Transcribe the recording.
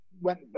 went